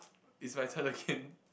it's like